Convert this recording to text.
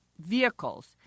vehicles